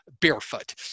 barefoot